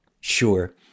Sure